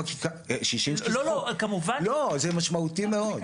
זה משמעותי מאוד.